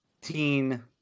teen